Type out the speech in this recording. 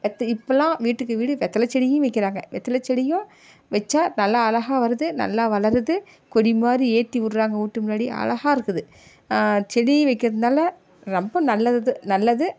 இப்போலாம் வீட்டுக்கு வீடு வெத்தலை செடியும் வைக்கிறாங்க வெத்தலை செடியும் வச்சா நல்லா அழகாக வருது நல்லா வளருது கொடி மாதிரி ஏற்றிவுட்றாங்க வீட்டு முன்னாடி அழகாகருக்குது செடி வைக்கிறதுனால் ரொம்ப நல்லது நல்லது